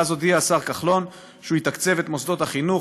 ואז הודיע השר כחלון שהוא יתקצב את מוסדות החינוך